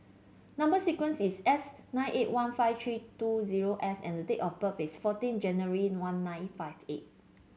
number sequence is S nine eight one five three two zero S and date of birth is fourteen January one nine five eight